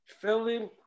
Philly